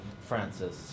Francis